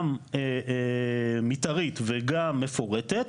גם מתארית וגם מפורטת,